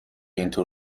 اینطور